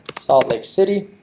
salt lake city.